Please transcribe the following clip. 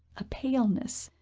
a paleness,